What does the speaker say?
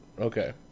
okay